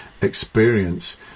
experience